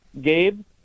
Gabe